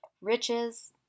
riches